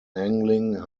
angling